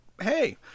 hey